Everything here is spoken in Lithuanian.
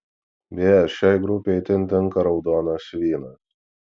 beje šiai grupei itin tinka raudonas vynas